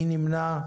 מי נמנע?